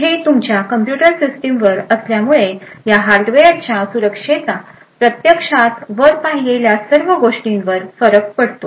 हे तुमच्या computer system वर असल्यामुळे या हार्डवेअरच्या सुरक्षेचा प्रत्यक्षात वर पाहिलेल्या सर्व गोष्टींवर फरक पडतो